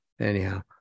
anyhow